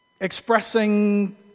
expressing